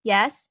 Yes